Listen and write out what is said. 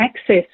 access